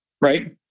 right